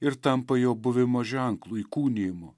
ir tampa jo buvimo ženklu įkūnijimu